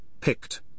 picked